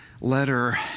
letter